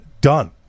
done